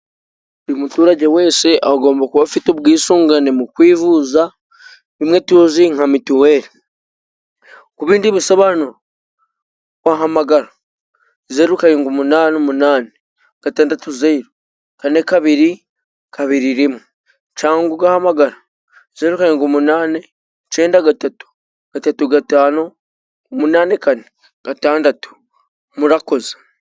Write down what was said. Buri muturage wese agomba kuba afite ubwisungane mu kwivuza bimwe tuzi nka mituweli .Ku bindi busobanuro wahamagara zero karingwi umunani umunani, gatandatu zaro, kane kabiri, kabiri rimwe ,cangwa ugahamagara zero karingwi umunani, icenda gatatu, gatatu gatanu, umunani kane gatandatu. Murakoze.